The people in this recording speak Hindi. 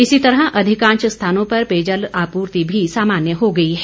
इसी तरह अधिकांश स्थानों पर पेयजल आपूर्ति भी सामान्य हो गई है